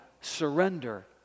surrender